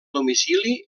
domicili